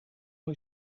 muy